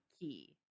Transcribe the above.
key